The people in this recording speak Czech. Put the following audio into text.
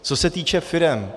Co se týče firem.